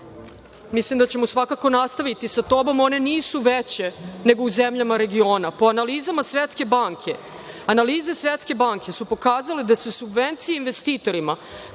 mislim da ćemo svakako nastaviti sa njom. One nisu veće nego u zemljama regiona, po analizama Svetske banke. Analize Svetske banke su pokazale da se subvencije investitorima